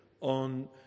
on